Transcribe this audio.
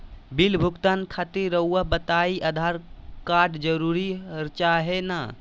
Bill भुगतान खातिर रहुआ बताइं आधार कार्ड जरूर चाहे ना?